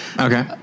okay